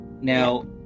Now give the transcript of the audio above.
Now